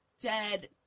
dead